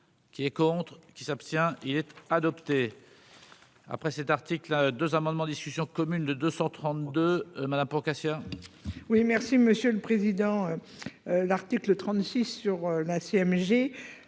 qui est contre. Qui s'abstient-il être adopté. Après cet article, 2 amendements discussion commune de 232 Madame Procaccia. Oui, merci Monsieur le Président, l'article 36 sur la CMG,